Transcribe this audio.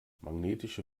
magnetische